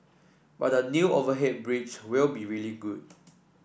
but the new overhead bridge will be really good